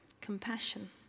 Compassion